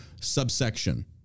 subsection